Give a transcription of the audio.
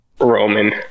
Roman